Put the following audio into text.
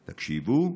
תקשיבו,